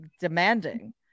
demanding